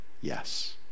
Yes